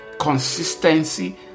consistency